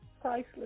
priceless